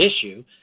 issue